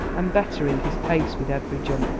and bettering his pace with every jump.